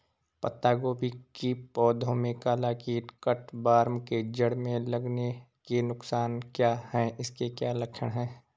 पत्ता गोभी की पौध में काला कीट कट वार्म के जड़ में लगने के नुकसान क्या हैं इसके क्या लक्षण हैं?